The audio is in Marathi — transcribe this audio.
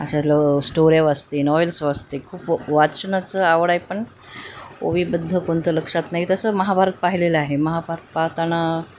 अशा ल स्टोऱ्या वाचते नॉवेल्स वाचते खूप वाचनाचं आवड आहे पण ओवीबद्ध कोणतं लक्षात नाही तसं महाभारत पाहिलेलं आहे महाभारत पाहताना